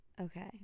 okay